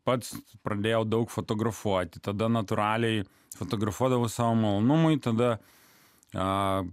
pats pradėjau daug fotografuoti tada natūraliai fotografuodavau savo malonumui tada a